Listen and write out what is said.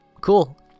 Cool